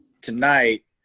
tonight